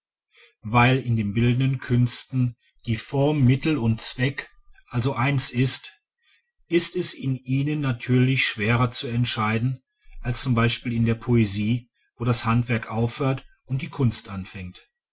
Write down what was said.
weil in den bildenden künsten die form mittel und zweck also eines ist ist es in ihnen natürlich schwerer zu entscheiden als z b in der poesie wo das handwerk aufhört und die kunst anfängt